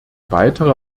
weitere